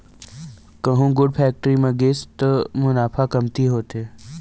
कहूँ गुड़ फेक्टरी म गिस त मुनाफा कमती होथे